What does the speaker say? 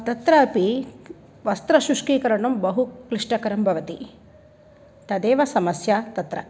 तत्रापि वस्त्रशुष्कीकरणं बहु क्लिष्टकरं भवति तदेव समस्या तत्र